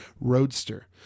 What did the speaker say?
Roadster